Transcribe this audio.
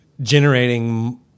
generating